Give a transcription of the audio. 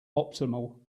optimal